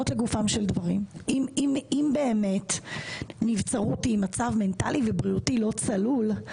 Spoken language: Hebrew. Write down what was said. אם באמת נבצרות היא מצב מנטלי ובריאותי לא צלול.